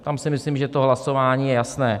Tam si myslím, že to hlasování je jasné.